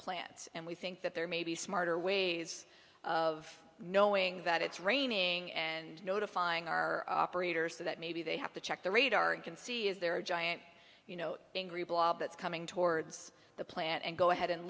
plants and we think that there may be smarter ways of knowing that it's raining and notifying our operators so that maybe they have to check the radar and can see is there a giant you know that's coming towards the plant and go ahead and